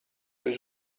was